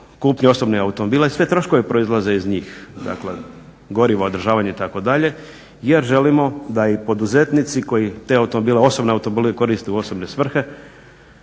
kupnje, osobne automobile i svi troškovi proizlaze iz njih, dakle gorivo, održavanje itd. Jer želimo da i poduzetnici koji te automobile, osobne automobile koriste u osobne svrhe